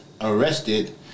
arrested